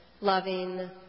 loving